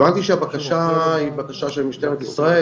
הבנתי שהבקשה היא בקשה של משטרת ישראל,